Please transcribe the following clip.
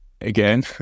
again